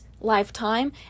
lifetime